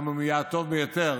גם אם הוא יהיה הטוב ביותר,